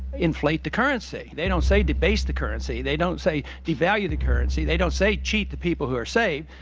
inflate the currency. they don't say debase the currency. they don't say devalue the currency. they don't say cheat the people who are safe.